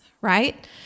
right